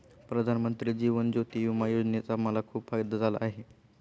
प्रधानमंत्री जीवन ज्योती विमा योजनेचा मला खूप फायदा झाला आहे